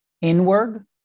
inward